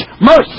mercy